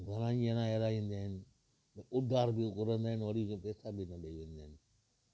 घणा ई ॼणा अहिड़ा ईंदा आहिनि त उधार बि घुरंदा आहिनि वरी पोइ पेसा बि न ॾई वेंदा आहिनि